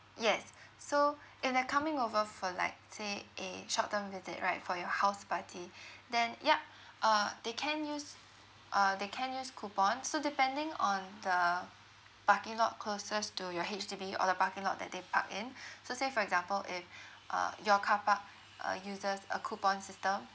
yes so if they're coming over for like say a short term visit right for your house party then yup uh they can use uh they can use coupons so depending on the parking lot closest to your H_D_B or the parking lot that they park in so say for example if uh your carpark uh uses a coupon system